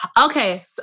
Okay